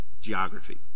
geography